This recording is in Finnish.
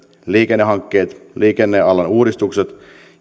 liikennehankkeet liikennealan uudistukset